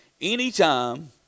Anytime